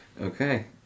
Okay